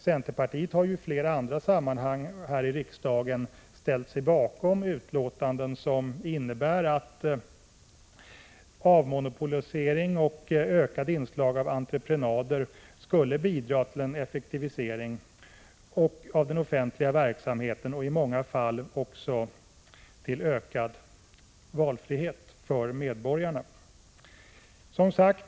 Centerpartiet har ju i flera andra sammanhang här i riksdagen ställt sig bakom utlåtanden som innebär att avmonopolisering och ökade inslag av entreprenader skulle bidra till en effektivisering av den offentliga verksamheten och i många fall också till ökad valfrihet för medborgarna.